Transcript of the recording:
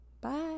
Bye